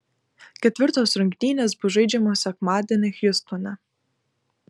ketvirtos rungtynės bus žaidžiamos sekmadienį hjustone